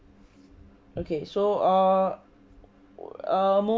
okay so uh uh